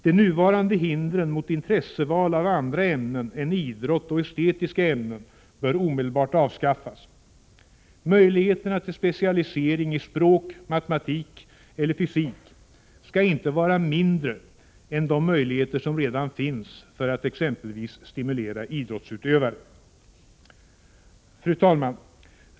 De nuvarande hindren mot intresseval av andra ämnen än idrott och estetiska ämnen bör omedelbart avskaffas. Möjligheterna till specialisering i språk, matematik eller fysik skall inte vara mindre än de möjligheter som redan finns för att exempelvis stimulera idrottsutövare. Fru talman!